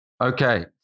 Okay